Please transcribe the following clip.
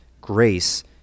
Grace